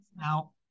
Now